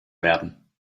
werden